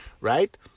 right